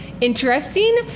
interesting